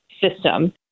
system